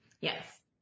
Yes